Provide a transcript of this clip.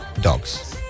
Dogs